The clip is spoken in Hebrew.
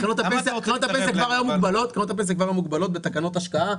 קרנות הפנסיה כבר היום מוגבלות בתקנות השקעה,